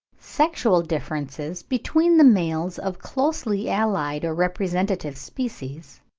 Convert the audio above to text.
sexual differences between the males of closely-allied or representative species